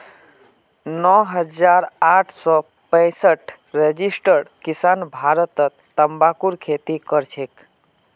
नौ हजार आठ सौ पैंसठ रजिस्टर्ड किसान भारतत तंबाकूर खेती करछेक